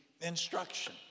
instruction